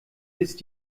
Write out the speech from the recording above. ist